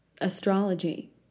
astrology